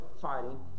fighting